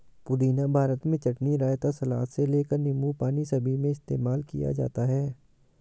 पुदीना भारत में चटनी, रायता, सलाद से लेकर नींबू पानी सभी में इस्तेमाल किया जाता है